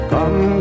Come